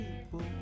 people